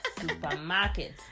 Supermarket